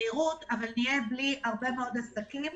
אבל נהיה בלי הרבה מאוד עסקים.